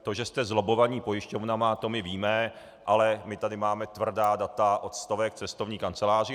To, že jste zlobbovaní pojišťovnami, my víme, ale my tady máme tvrdá data od stovek cestovních kanceláří.